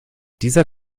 dieser